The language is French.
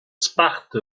sparte